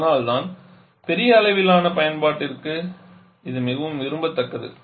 அதனால்தான் பெரிய அளவிலான பயன்பாட்டிற்கு இது மிகவும் விரும்பப்படுகிறது